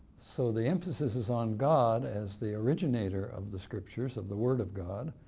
so the emphasis is on god as the originator of the scriptures, of the word of god,